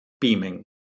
beaming